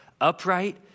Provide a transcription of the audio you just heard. upright